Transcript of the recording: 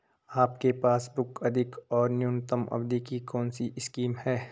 आपके पासबुक अधिक और न्यूनतम अवधि की कौनसी स्कीम है?